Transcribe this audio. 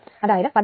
അതായത് 15